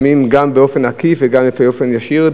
לפעמים באופן עקיף ולפעמים גם באופן ישיר.